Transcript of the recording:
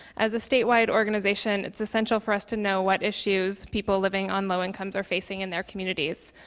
as a statewide organization, it's essential for us to know what issues people living on low incomes are facing in their communities.